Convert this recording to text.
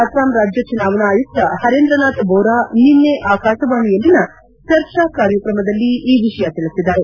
ಅಸ್ಸಾಂ ರಾಜ್ಯ ಚುನಾವಣಾ ಆಯುಕ್ತ ಪರೇಂದ್ರನಾಥ್ ಬೋರಾ ನಿನ್ನೆ ಆಕಾಶವಾಣಿಯಲ್ಲಿನ ಚರ್ಚಾ ಕಾರ್ಯಕ್ರಮದಲ್ಲಿ ಈ ವಿಷಯ ತಿಳಿಸಿದರು